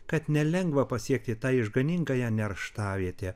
kad nelengva pasiekti tą išganingąją nerštavietę